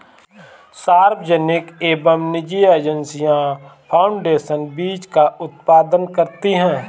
सार्वजनिक एवं निजी एजेंसियां फाउंडेशन बीज का उत्पादन करती है